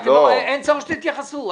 אין צורך שתתייחסו.